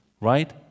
right